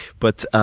but